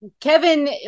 Kevin